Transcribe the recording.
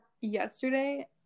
Yesterday